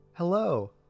Hello